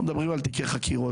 אנחנו מדברים על תיקי חקירות.